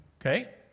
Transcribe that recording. okay